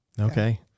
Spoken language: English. Okay